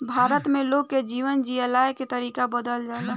भारत में लोग के जीवन जियला के तरीका बदलल जाला